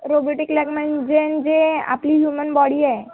robotic lab म्हणजे जे आपली ह्युमन बॉडी आहे